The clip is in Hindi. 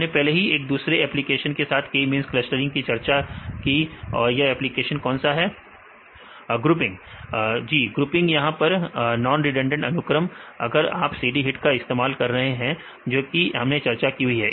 हमने पहले हीएक दूसरेएप्लीकेशन के साथ k मींस क्लस्टरिंग की चर्चा की यह एप्लीकेशन कौन सा है विद्यार्थी ग्रुपिंग जी हां ग्रुपिंग यहां या नॉन रिडंडेंट अनुक्रम है अगर आप cd hit का इस्तेमाल करते हैं जो कि हमने चर्चा की हुई है